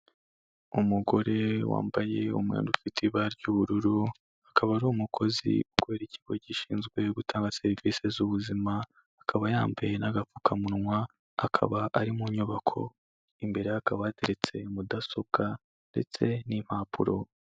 Umugore wambaye umwenda ufite ibara ry'ubururu akaba ari umukozi Ukora ikigo gishinzwe gutanga serivisi z'ubuzima. Akaba yambaye'agapfukamunwa akaba ari mu nyubako imbereye hakaba hateretse mudasobwa ndetse n'impapuro.